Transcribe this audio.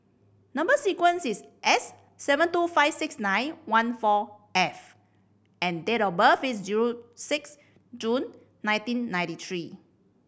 number sequence is S seven two five six nine one four F and date of birth is June six June nineteen ninety three